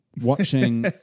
Watching